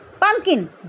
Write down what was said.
Pumpkin